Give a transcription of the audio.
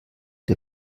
der